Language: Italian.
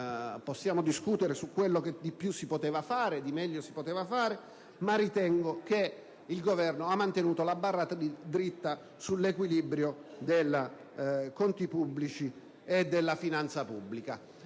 possiamo discutere su ciò che di più e di meglio si poteva fare, ma ritengo che il Governo abbia mantenuto la barra dritta sull'equilibrio dei conti pubblici e della finanza pubblica.